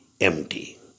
empty